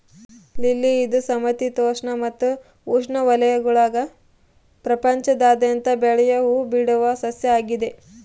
lily ಇದು ಸಮಶೀತೋಷ್ಣ ಮತ್ತು ಉಷ್ಣವಲಯಗುಳಾಗ ಪ್ರಪಂಚಾದ್ಯಂತ ಬೆಳಿಯೋ ಹೂಬಿಡುವ ಸಸ್ಯ ಆಗಿದೆ